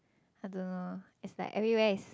I don't know it's like everywhere is